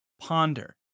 ponder